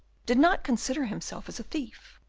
did not consider himself as a thief.